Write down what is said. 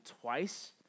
twice